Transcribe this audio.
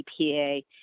EPA